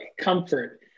comfort